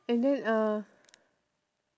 and then uh